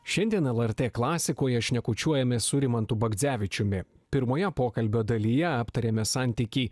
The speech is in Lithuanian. šiandien lrt klasikoje šnekučiuojamės su rimantu bagdzevičiumi pirmoje pokalbio dalyje aptarėme santykį